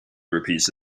repeated